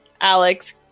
Alex